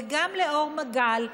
וגם לאור מגל,